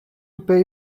pay